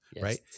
right